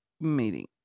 meeting